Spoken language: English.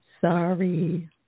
Sorry